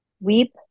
weep